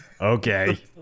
okay